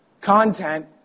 content